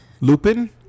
Lupin